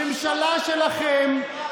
הממשלה שלכם,